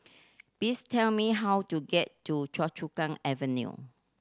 please tell me how to get to Choa Chu Kang Avenue